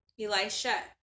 Elisha